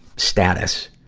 status,